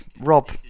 Rob